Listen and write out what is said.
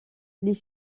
les